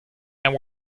and